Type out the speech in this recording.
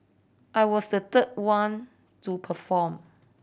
I was the third one to perform